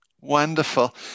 Wonderful